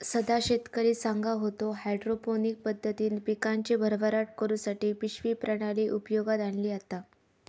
सदा शेतकरी सांगा होतो, हायड्रोपोनिक पद्धतीन पिकांची भरभराट करुसाठी पिशवी प्रणाली उपयोगात आणली जाता